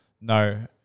no